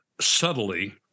subtly